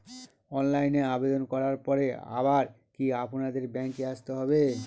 অনলাইনে আবেদন করার পরে আবার কি আপনাদের ব্যাঙ্কে আসতে হবে?